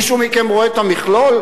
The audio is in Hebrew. מישהו מכם רואה את המכלול?